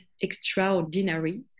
extraordinary